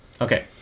Okay